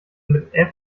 mit